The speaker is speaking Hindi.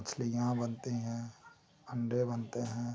मछलियाँ बनते हैं अंडे बनते हैं